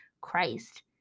Christ